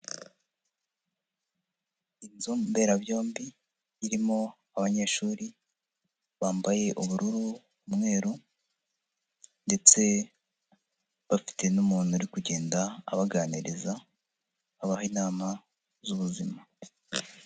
Inzu mberabyombi irimo abanyeshuri bambaye ubururu, umweru ndetse bafite n'umuntu ari kugenda abaganiriza, abaha inama z'ubuzima.